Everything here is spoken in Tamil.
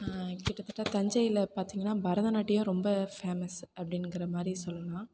கிட்டத்தட்ட தஞ்சையில் பார்த்தீங்கன்னா பரதநாட்டியம் ரொம்ப ஃபேமஸ் அப்படின்னுங்கிற மாதிரி சொல்லலாம்